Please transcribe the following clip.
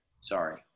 Sorry